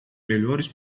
melhores